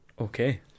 Okay